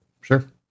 sure